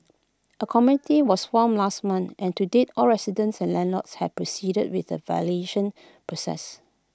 A committee was formed last month and to date all residents and landlords have proceeded with the valuation process